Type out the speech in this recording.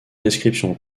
descriptions